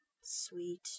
Sweet